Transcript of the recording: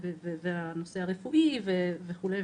הנושא הרפואי וכו'.